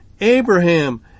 Abraham